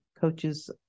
coaches